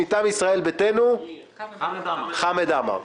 מטעם ישראל ביתנו חמד עמאר.